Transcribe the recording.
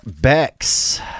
Bex